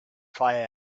fire